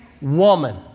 woman